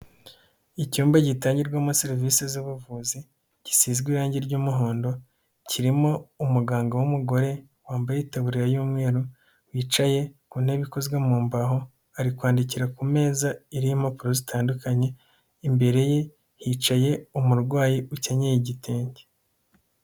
Icyumba gitangirwamo serivisi zubuvuzi gisizwe irangi ry'umuhondo, kirimo umuganga w'umugore wambaye itaburiya y'umweru wicaye ku ntebe ikozwe mu mbaho, ari kwandikira ku meza iriho impapuro zitandukanye imbere ye hicaye umurwayi ukenyeye igitenge.